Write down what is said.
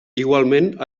igualment